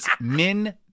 Min